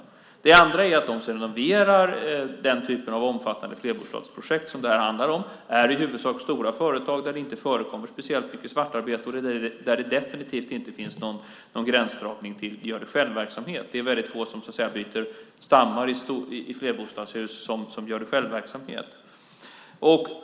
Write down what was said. För det andra är de som renoverar den typ av omfattande flerbostadsprojekt som det här handlar om stora företag där det inte förekommer speciellt mycket svartarbete och där det definitivt inte finns någon gränsdragning till gör-det-själv-verksamhet. Det är väldigt få som byter stammar i flerbostadshus som gör-det-själv-verksamhet.